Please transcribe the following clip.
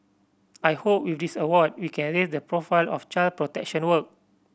I hope with this award we can raise the profile of child protection work